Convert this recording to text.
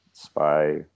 spy